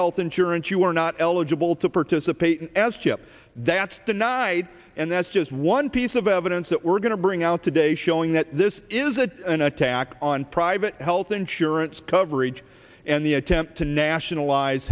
health insurance you are not eligible to participate as chip that's denied and that's just one piece of evidence that we're going to bring out today showing that this is a an attack on private health insurance coverage and the attempt to nationalize